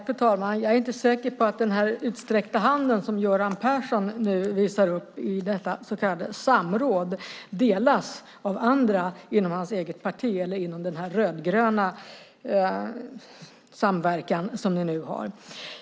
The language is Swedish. Fru talman! Jag är inte säker på att den utsträckta hand som Göran Persson nu visar upp i detta så kallade samråd delas av andra inom hans eget parti eller inom den rödgröna samverkan som ni nu har.